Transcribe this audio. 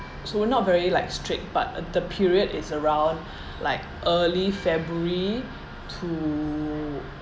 so we're not very like strict but uh the period is around like early february to